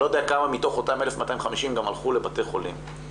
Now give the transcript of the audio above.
אני לא יודע כמה מתוך אותן 1,250 גם הלכו לבתי חולים.